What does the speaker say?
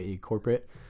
corporate